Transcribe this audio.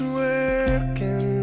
working